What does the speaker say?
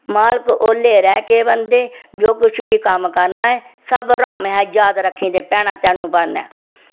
मालक ओह्ले रैह्के बंदे जो कुछ बी कम्म करना ऐ सब हराम है जाद रक्खें ते पैना तैनू भरना ऐ